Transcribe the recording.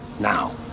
now